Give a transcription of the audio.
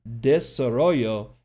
Desarrollo